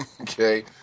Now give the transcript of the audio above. Okay